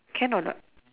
can or not